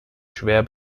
schwer